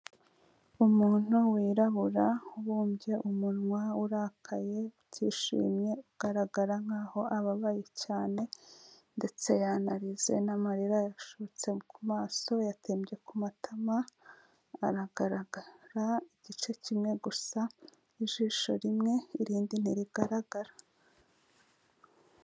Umuntu wirabura ubumbye umunwa, urakaye utishimye, ugaragara nk'aho ababaye cyane ndetse yanarize n'amarira yashotse ku maso yatembye ku matama, aragaragara igice kimwe gusa, ijisho rimwe, irindi ntirigaragara.